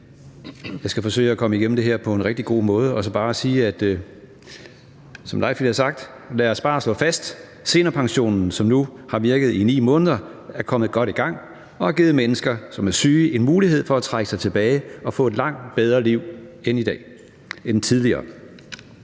Jeg skal forsøge at komme igennem det her på en rigtig god måde og så bare sige, som hr. Leif Lahn Jensen ville have sagt: Lad os bare slå fast, at seniorpensionen, som nu har virket i 9 måneder, er kommet godt i gang og har givet mennesker, som er syge, en mulighed for at trække sig tilbage og få et langt bedre liv end tidligere.